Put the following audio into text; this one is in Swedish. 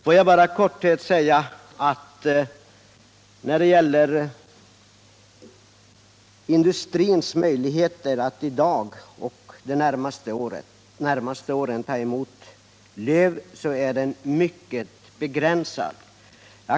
Får jag bara beträffande industrins möjligheter att nu och under de närmaste åren ta emot löv säga att dessa är mycket begränsade.